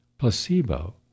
Placebo